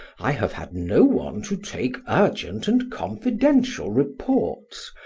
i have had no one to take urgent and confidential reports,